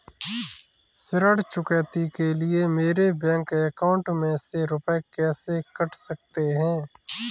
ऋण चुकौती के लिए मेरे बैंक अकाउंट में से रुपए कैसे कट सकते हैं?